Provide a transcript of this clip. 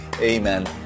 amen